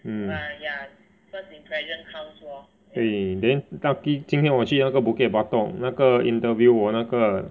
mm 对 then kaki 今天我去那个 Bukit Batok 那个 interview 我那个